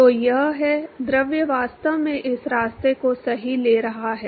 तो यह है द्रव वास्तव में इस रास्ते को सही ले रहा है